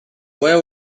where